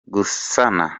gasana